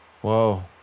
Whoa